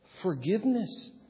Forgiveness